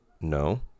No